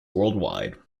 worldwide